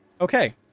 Okay